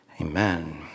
Amen